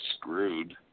screwed